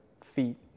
feet